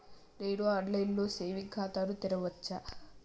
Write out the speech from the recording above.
నేను online లో saving ఖాతా ను తెరవచ్చా?